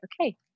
okay